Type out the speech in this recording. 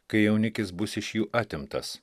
kai jaunikis bus iš jų atimtas